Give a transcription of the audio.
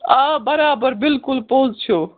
آ برابر بِلکُل پوٚز چھُو